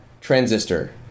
transistor